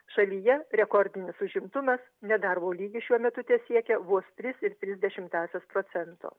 šalyje rekordinis užimtumas nedarbo lygis šiuo metu tesiekia vos tris ir tris dešimtąsias procento